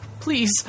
Please